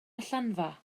allanfa